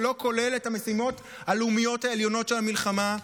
שלא כולל את המשימות הלאומיות העליונות של המלחמה,